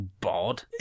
bored